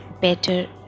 better